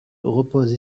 repose